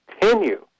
continue